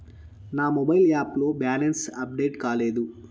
నా mobile app లో balance update కాలేదు